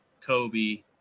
kobe